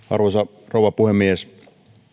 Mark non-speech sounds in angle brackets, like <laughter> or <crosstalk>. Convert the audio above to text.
<unintelligible> arvoisa rouva puhemies